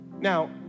Now